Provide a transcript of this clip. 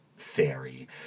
Theory